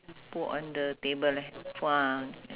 put on the table leh !wah!